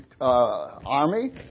army